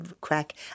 crack